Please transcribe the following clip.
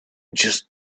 just